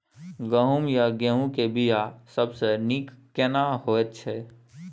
गहूम या गेहूं के बिया सबसे नीक केना होयत छै?